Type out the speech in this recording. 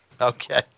Okay